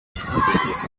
skrupellos